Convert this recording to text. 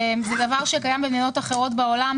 זה דבר שקיים במדינות אחרות בעולם,